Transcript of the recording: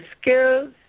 skills